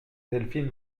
delphine